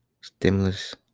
stimulus